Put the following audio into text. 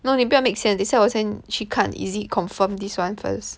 no 你不要 make 先等一下我先去看 is it confirm this [one] first